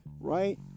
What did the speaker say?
right